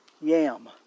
yam